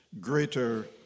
greater